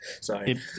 Sorry